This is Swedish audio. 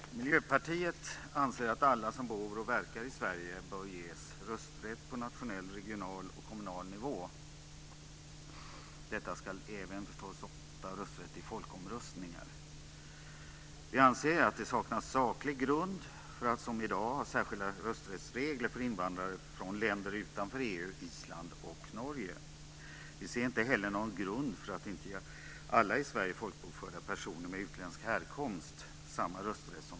Herr talman! Miljöpartiet anser att alla som bor och verkar i Sverige bör ges rösträtt på nationell, regional och kommunal nivå. Detta ska förstås omfatta även rösträtt i folkomröstningar. Vi anser att det saknas saklig grund för att som i dag ha särskilda rösträttsregler för invandrare från länder utanför EU-länderna, Norge och Island. Vi ser inte heller någon grund för att inte ge alla i Sverige folkbokförda personer samma rösträtt som svenska medborgare.